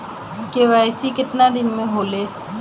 KYC कितना दिन में होले?